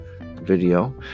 video